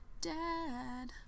dad